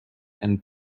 and